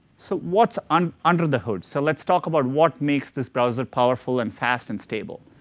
so what's on under the hood? so let's talk about what makes this browser powerful, and fast, and stable.